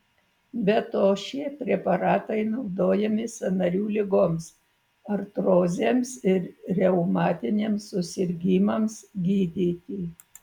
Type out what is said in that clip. be to šie preparatai naudojami sąnarių ligoms artrozėms ar reumatiniams susirgimams gydyti